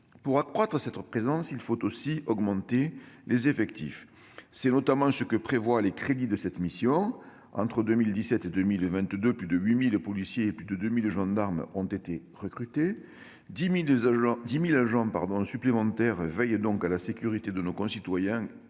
Pour accroître cette présence, il faut aussi augmenter les effectifs. C'est notamment ce que permettent les crédits de la mission « Sécurités ». Entre 2017 et 2022, plus de 8 000 policiers et plus de 2 000 gendarmes ont été recrutés, 10 000 agents supplémentaires qui veillent à la sécurité de nos concitoyens